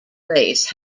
race